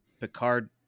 Picard